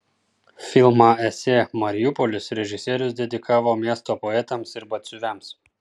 filmą esė mariupolis režisierius dedikavo miesto poetams ir batsiuviams